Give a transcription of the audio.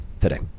today